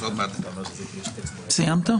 סיימת?